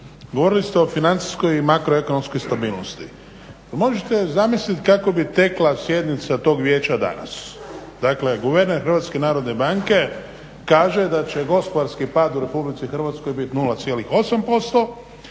govorili ste o financijskoj i makroekonomskoj stabilnosti. Pa možete zamisliti kako bi tekla sjednica tog vijeća danas, dakle guverner HNB-a kaže da će gospodarski pad u RH biti 0,8%